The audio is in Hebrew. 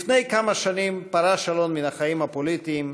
לפני כמה שנים פרש אלון מהחיים הפוליטיים,